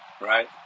right